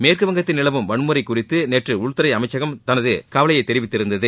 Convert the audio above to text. மேற்குவங்கத்தில் நிலவும் வன்முறை குறித்து நேற்று உள்துறை அமைச்சகம் தனது கவலையை தெரிவித்திருந்தது